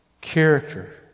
character